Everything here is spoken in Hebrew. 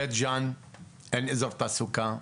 בית ג'אן אין אזור תעסוקה,